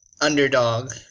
Underdog